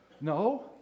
No